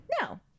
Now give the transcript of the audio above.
no